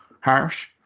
harsh